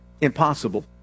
impossible